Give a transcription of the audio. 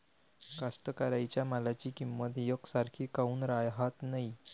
कास्तकाराइच्या मालाची किंमत यकसारखी काऊन राहत नाई?